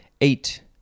Eight